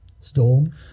Storm